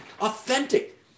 authentic